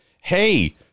hey